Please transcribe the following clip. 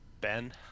Ben